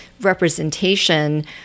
representation